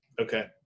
okay